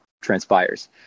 transpires